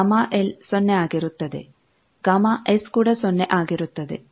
ಆದ್ದರಿಂದ Γ L ಸೊನ್ನೆ ಆಗಿರುತ್ತದೆ Γs ಕೂಡ ಸೊನ್ನೆ ಆಗಿರುತ್ತದೆ